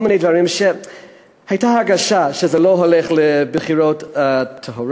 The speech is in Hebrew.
כל מיני דברים שנתנו הרגשה שזה לא הולך להיות בחירות טהורות.